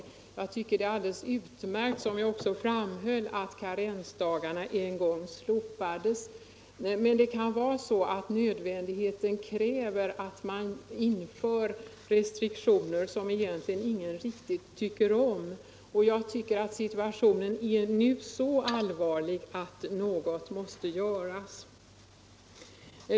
Som jag framhöll i mitt 213 anförande var det alldeles utmärkt att karensdagarna en gång slopades, men det kan vara så att nödvändigheten kräver att man inför restriktioner som egentligen ingen riktigt tycker om, och jag anser att situationen nu är så allvarlig att något måste göras.